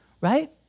right